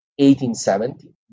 1870